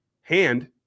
hand